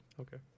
okay